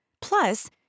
Plus